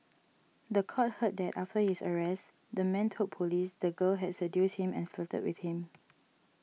the court heard that after his arrest the man told police the girl has seduced him and flirted with him